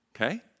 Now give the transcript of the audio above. Okay